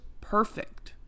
perfect